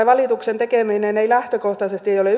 valituksen tekeminen ei lähtökohtaisesti ole